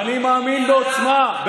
אני מאמין בעוצמה,